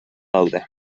daude